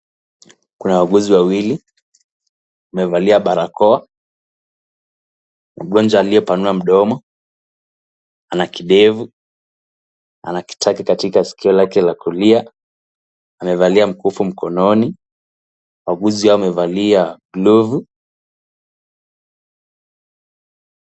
Kuna wauguzi wawili wamevalia barakoa. Mgonjwa aliyepanua mdomo ana kidevu. Ana kitaki katika sikio lake la kulia, amevalia mkufu mkononi. Wauguzi wamevalia glovu.